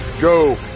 go